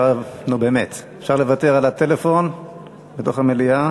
נו, באמת, אפשר לוותר על הטלפון בתוך המליאה?